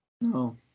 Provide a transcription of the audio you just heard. No